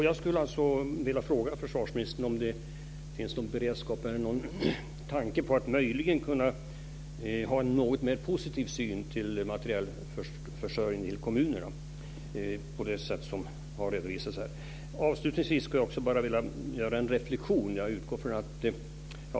Jag skulle alltså vilja fråga försvarsministern om det finns någon beredskap eller någon tanke på att möjligen ha en något mer positiv syn på materielförsörjning till kommunerna på det sätt som har redovisats här. Avslutningsvis skulle jag bara vilja göra en reflexion.